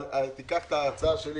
תיקח את ההצעה שלי